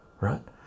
right